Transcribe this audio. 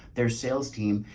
their sales team,